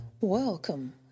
Welcome